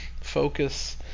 Focus